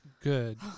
good